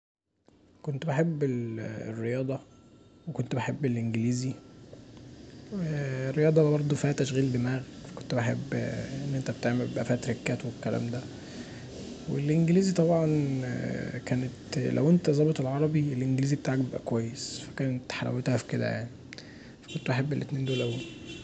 كنت بحب الرياضه، وكنت بحب الإنجليزي، الرياضه برضو فيها تشغيل دماغ وكنت بحب ان انت بيبقي فيها تريكات والكلام دا، والانجليزي طبعا كانت لو انت ظابط العربي الانجليزي بتاعك بيبقي كويس، فكانت حلاوتها في كدا يعني فكنت بحب الإتنين دول أوي